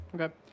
Okay